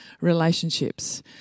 Relationships